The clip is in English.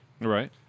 right